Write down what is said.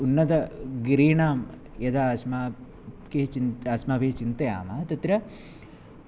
उन्नतगिरीणां यदा अस्माभिः चिन्तयामः तत्र